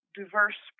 diverse